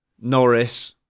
Norris